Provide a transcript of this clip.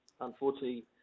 unfortunately